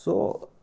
so